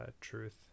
truth